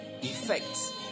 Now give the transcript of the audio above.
effects